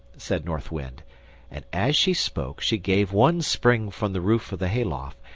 said north wind and as she spoke she gave one spring from the roof of the hay-loft,